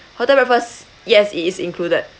hotel breakfast yes it is included